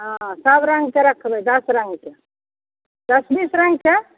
हँ सब रङ्गके रखबै दश रङ्गके दश बीस रङ्गके